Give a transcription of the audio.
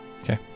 Okay